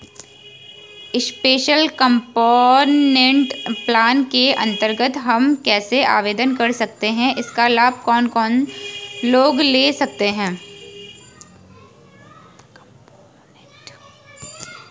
Special component plan के अन्तर्गत हम कैसे आवेदन कर सकते हैं इसका लाभ कौन कौन लोग ले सकते हैं?